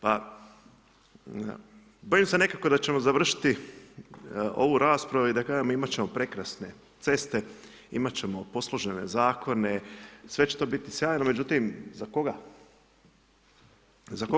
Pa, bojim se nekako da ćemo završiti ovu raspravu i da kažem, imati ćemo prekrasne ceste, imati ćemo posložene zakone, sve će to biti sjajno, međutim, za koga?